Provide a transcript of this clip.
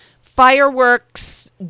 fireworks